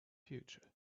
future